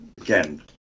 again